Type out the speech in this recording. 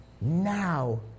Now